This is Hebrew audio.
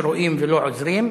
שרואים ולא עוזרים.